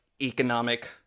economic